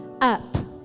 up